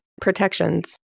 protections